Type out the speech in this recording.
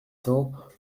cents